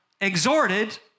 exhorted